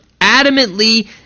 adamantly